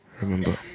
remember